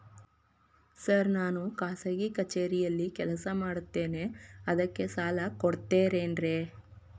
Sir ನಾನು ಖಾಸಗಿ ಕಚೇರಿಯಲ್ಲಿ ಕೆಲಸ ಮಾಡುತ್ತೇನೆ ಅದಕ್ಕೆ ಸಾಲ ಕೊಡ್ತೇರೇನ್ರಿ?